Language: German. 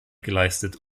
geleistet